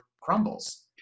crumbles